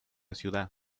ciudad